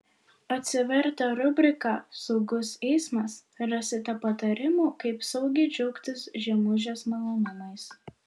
atsivertę rubriką saugus eismas rasite patarimų kaip saugiai džiaugtis žiemužės malonumais